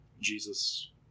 Jesus